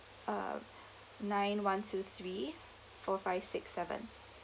uh nine one two three four five six seven